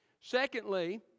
Secondly